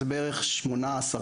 זה בערך 8%-10%.